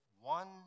one